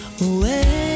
away